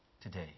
today